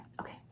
okay